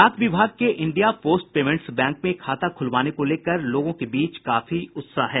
डाक विभाग के इंडिया पोस्ट पेमेंटस बैंक में खाता खूलवाने को लेकर लोगों के बीच काफी उत्साह है